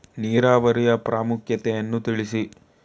ನೀರಾವರಿಯ ಪ್ರಾಮುಖ್ಯತೆ ಯನ್ನು ತಿಳಿಸಿ?